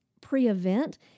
pre-event